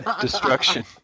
destruction